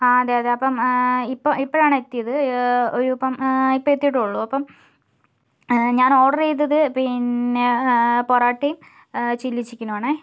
ആ അതെ അതെ അപ്പം ഇപ്പോൾ ഇപ്പോഴാണ് എത്തിയത് ഒരു ഇപ്പം ഇപ്പോൾ എത്തിയിട്ടുള്ളൂ അപ്പം ഞാൻ ഓർഡർ ചെയ്തത് പിന്നെ പൊറോട്ടയും ചില്ലി ചിക്കനും ആണെ